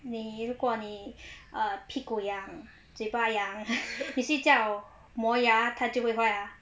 你如果你 err 屁股痒嘴巴痒你睡觉磨牙他就会坏 lah